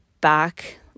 back